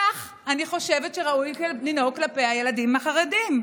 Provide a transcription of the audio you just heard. כך אני חושבת שראוי לנהוג כלפי הילדים החרדים.